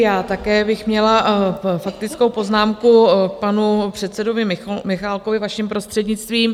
Já také bych měla faktickou poznámku k panu předsedovi Michálkovi, vaším prostřednictvím.